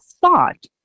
thought